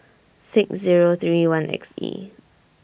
six Zero three one X E